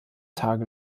tage